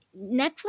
netflix